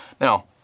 Now